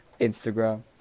Instagram